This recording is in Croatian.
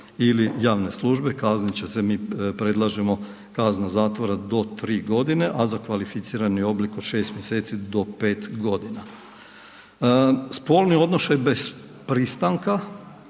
ili javne službe kaznit će se, mi predlažemo kazna zatvora do 3 g. a za kvalificirani oblik od 6 mj. do 5 godina. Spolni odnošaj bez pristanka,